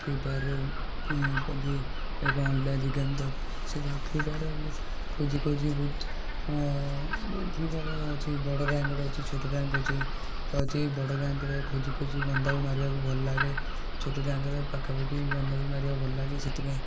free ଫାୟାର୍ରେ କନତି online game ଖୋଜି ଖୋଜି ମୁଁ ଫ୍ରୀ ଫାୟାର୍ରେ ଗୋଟେ ଅଛି ବଡ ରାଙ୍କ୍ ଗୋଟେ ଅଛି ଛୋଟ ରାଙ୍କ୍ ଗୋଟେ ଅଛି ବଡ଼ ରାଙ୍କ୍ ରେ ବନ୍ଦାକୁ ମାରିବାକୁ ଭଲ ଲାଗେ ଛୋଟ ରାଙ୍କ୍ ରେ ପାଖା ପାଖି ବନ୍ଦାକୁ ମାରିବାକୁ ଭଲ ଲାଗେ ସେଥିପାଇଁ